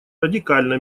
радикально